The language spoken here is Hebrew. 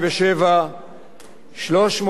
305 משרתים,